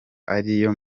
ariyo